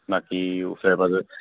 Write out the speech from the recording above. বাকী ওচৰে পাঁজৰে